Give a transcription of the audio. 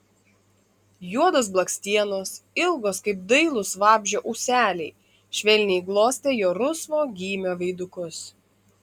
juodos blakstienos ilgos kaip dailūs vabzdžio ūseliai švelniai glostė jo rusvo gymio veidukus